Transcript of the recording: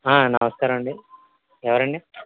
నమస్కారం అండి ఎవరండి